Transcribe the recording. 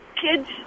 kids